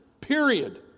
Period